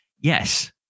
Yes